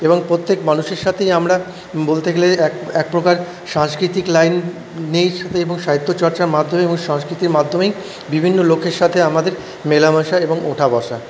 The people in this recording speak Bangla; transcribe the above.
এবং প্রত্যেক মানুষের সাথেই আমরা বলতে গেলে এক এক প্রকার সাংস্কৃতিক লাইন এবং সাহিত্য চর্চার মাধ্যমেই ও সংস্কৃতির মাধ্যমেই বিভিন্ন লোকের সাথে আমাদের মেলামেশা এবং ওঠা বসা